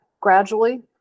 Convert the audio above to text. gradually